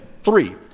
three